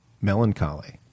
melancholy